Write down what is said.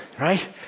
Right